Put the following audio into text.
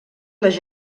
les